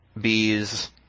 Bees